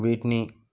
వీటిని